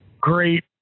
great